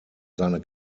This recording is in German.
seine